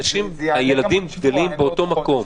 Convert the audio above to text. הילדים גדלים באותו מקום.